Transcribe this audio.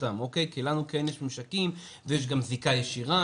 כי לנו כן יש ממשקים ויש גם זיקה ישירה,